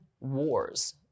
wars